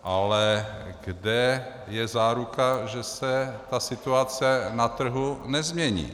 Ale kde je záruka, že se situace na trhu nezmění?